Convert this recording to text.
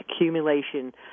accumulation